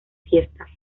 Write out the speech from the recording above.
fiestas